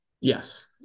yes